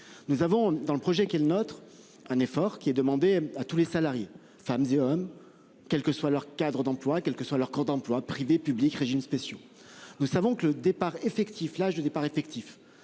Nous avons dans le projet qui est le nôtre. Un effort qui est demandé à tous les salariés, femmes et hommes, quelle que soit leur cadre d'emploi quel que soit leur camp d'emploi privé public, régimes spéciaux, nous savons que le départ effectif l'âge de départ effectif